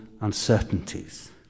uncertainties